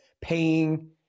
paying